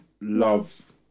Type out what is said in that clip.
love